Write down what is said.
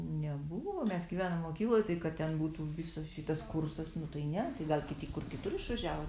nebuvo mes gyvenom mokykloj tai kad ten būtų visas šitas kursas nu tai ne tai gal kiti kur kitur išvažiavo